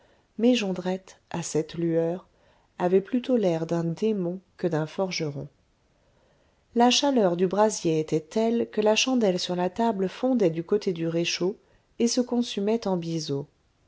mais jondrette à cette lueur avait plutôt l'air d'un démon que d'un forgeron la chaleur du brasier était telle que la chandelle sur la table fondait du côté du réchaud et se consumait en biseau